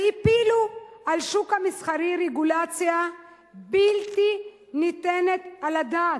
והפילו על השוק המסחרי רגולציה בלתי מתקבלת על הדעת.